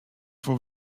for